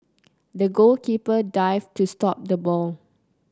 the goalkeeper dived to stop the ball